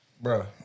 Bro